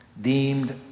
deemed